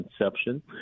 inception